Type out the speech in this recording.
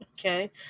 Okay